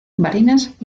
barinas